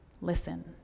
listen